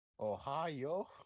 Ohio